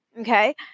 Okay